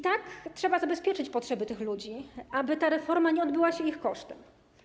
Dlatego trzeba zabezpieczyć potrzeby tych ludzi, aby ta reforma nie odbyła się ich kosztem.